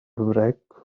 wreck